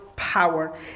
power